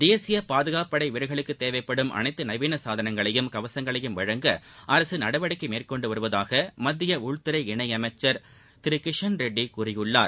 தேசிய பாதுகாப்புப் படை வீரர்களுக்குத் தேவைப்படும் அனைத்து நவீன சாதனங்களையும் கவசங்களையும் வழங்க அரசு நடவடிக்கை மேற்கொண்டு வருவதாக மத்திய உள்துறை இணை அமைச்சர் திரு கிஷன்ரெட்டி கூறியுள்ளார்